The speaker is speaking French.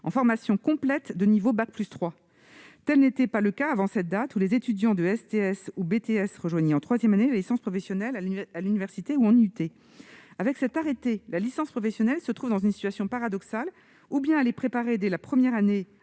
en formation complète de niveau bac+3. Tel n'était pas le cas avant cette date, où les étudiants de STS ou de brevet de technicien supérieur- BTS -rejoignaient en troisième année la licence professionnelle à l'université ou en IUT. Avec cet arrêté, la licence professionnelle se trouve dans une situation paradoxale : ou bien elle est préparée dès la première année